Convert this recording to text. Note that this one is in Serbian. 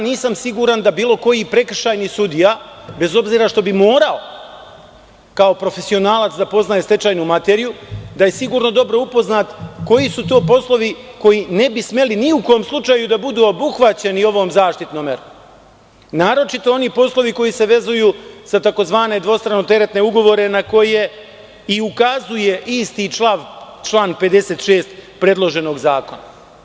Nisam siguran da bilo koji prekršajni sudija, bez obzira što bi morao kao profesionalac da poznaje stečajnu materiju, da je sigurno dobro upoznat koji su to poslovi koji ne bi smeli ni u kom slučaju da budu obuhvaćeni ovom zaštitnom merom, naročito oni poslovi koji se vezuju za tzv. dvostrano-teretne ugovore, na koje i ukazuje isti član 56. predloženog zakona.